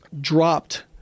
dropped